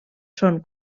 són